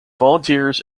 volunteers